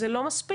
זה לא מספיק.